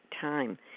time